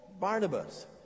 Barnabas